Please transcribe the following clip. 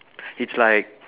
it's like